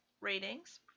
ratings